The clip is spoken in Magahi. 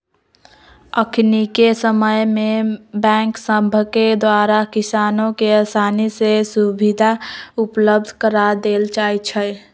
अखनिके समय में बैंक सभके द्वारा किसानों के असानी से सुभीधा उपलब्ध करा देल जाइ छइ